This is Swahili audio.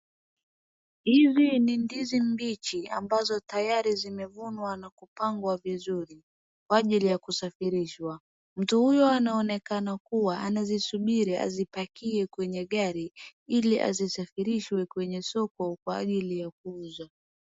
Hizi ni ndizi mbichi ambazo tayari zimevunwa na kupangwa vizuri kwa ajili ya kusafirishwa. Mtu huyo anaonekana kuwa anazisubiri azipakie kwenye gari ili azisafirishe kwenye soko kwa ajili ya kuuza.